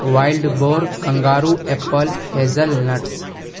wild boar kangaroo apple hazel nuts